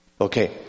Okay